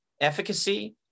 efficacy